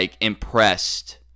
impressed